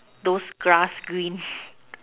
those grass green